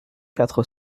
quatre